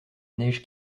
neige